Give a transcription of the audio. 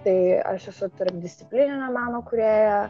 tai aš esu tarpdisciplininio meno kūrėja